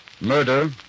Murder